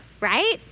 right